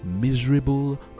miserable